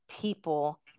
people